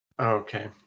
Okay